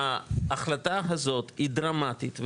ההחלטה הזאת היא דרמטית,